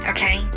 Okay